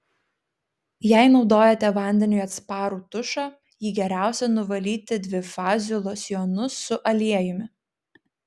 jei naudojate vandeniui atsparų tušą jį geriausia nuvalyti dvifaziu losjonu su aliejumi